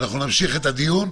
נמשיך את הדיון.